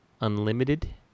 Unlimited